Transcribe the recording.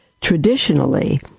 Traditionally